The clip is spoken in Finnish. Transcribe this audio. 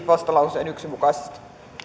vastalauseen mukaisesti